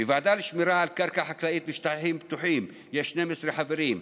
בוועדה לשמירה על קרקע חקלאית ושטחים פתוחים יש 12 חברים,